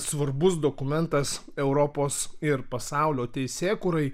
svarbus dokumentas europos ir pasaulio teisėkūrai